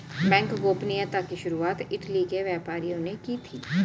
bank गोपनीयता की शुरुआत इटली के व्यापारियों ने की थी